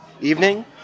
evening